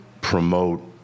promote